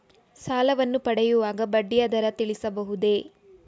ಸಾಲವನ್ನು ಪಡೆಯುವಾಗ ಬಡ್ಡಿಯ ದರ ತಿಳಿಸಬಹುದೇ?